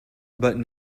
but